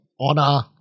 honor